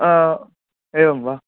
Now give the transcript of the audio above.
एवं वा